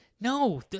No